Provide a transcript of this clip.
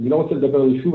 אני לא רוצה לדבר שוב,